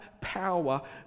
power